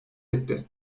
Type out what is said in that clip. etti